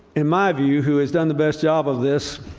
in my view, who has done the best job of this